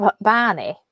Barney